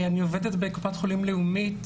אני עובדת בקופת חולים לאומית,